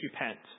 repent